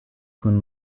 kun